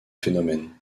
phénomène